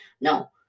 No